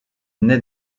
naît